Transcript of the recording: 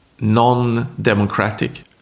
non-democratic